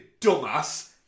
dumbass